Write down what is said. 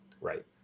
Right